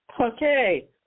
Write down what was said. Okay